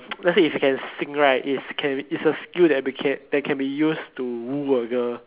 let's say if you can sing right it's can it's a skill that we can that can be used to woo a girl